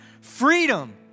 freedom